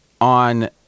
on